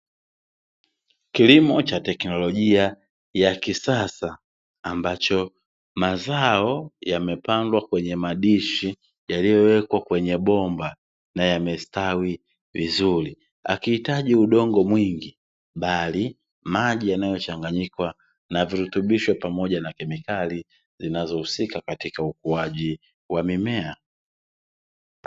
Kilimo cha teknolojia ya kisasa, ambacho mazao yamepandwa kwenye madishi yaliyowekwa kwenye bomba na yamestawi vizuri, hakihitaji udongo mwingi bali maji yanayochanganyikwa na virutubisho pamoja na kemikali zinazohusika katika ukuaji wa mimea.